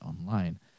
online